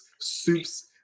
soups